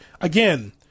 again